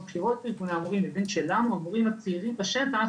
מבין שלנו המורים הצעירים בשטח